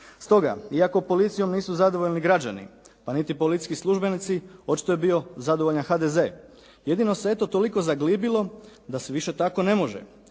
Stoga, iako policijom nisu zadovoljni građani, pa niti policijski službenici očito je bio zadovoljan HDZ. Jedino se eto toliko zaglibilo da se više tako ne može.